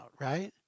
right